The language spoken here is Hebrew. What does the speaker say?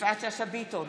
יפעת שאשא ביטון,